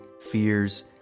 fears